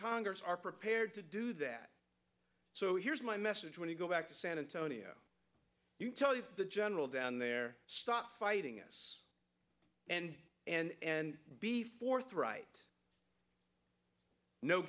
congress are prepared to do that so here's my message when you go back to san antonio you tell you the general down there stop fighting us and be forthright no